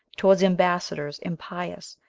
towards ambassadors impious,